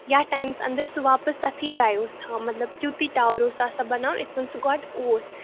یتھ ٹایمَس اَنٛدَر سُہ واپَس تَتھٕے جایہِ اوس تھاوان مطلب تِتُے ٹاوَر اوس آسان بَناوُن یِتھٕ کٔنۍ سُہ گۄڈٕ اوس